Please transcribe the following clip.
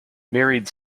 married